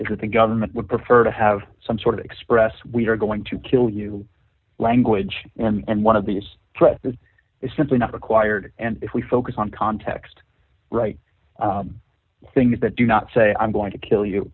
that the government would prefer to have some sort of express we're going to kill you language and one of these this is simply not required and if we focus on context right things that do not say i'm going to kill you